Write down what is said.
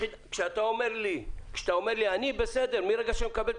כשאתה אומר לי שמרגע שאתה מקבל את